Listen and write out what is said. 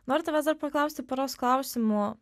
noriu tavęs dar paklausti poros klausimų